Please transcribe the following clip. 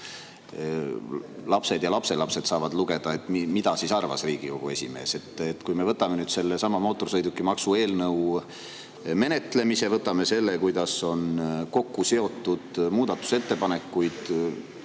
lapsed ja lapselapsed saavad lugeda, mida arvas Riigikogu esimees. Võtame sellesama mootorsõidukimaksu eelnõu menetlemise, võtame selle, kuidas on kokku seotud muudatusettepanekuid,